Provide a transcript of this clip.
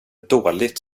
dåligt